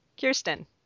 Kirsten